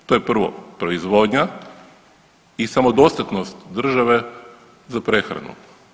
To je prvo, proizvodnja i samodostatnost države za prehranu.